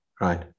right